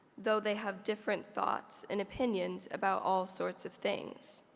though they have different thoughts and opinions about all sorts of things.